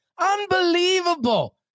Unbelievable